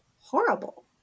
horrible